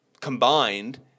combined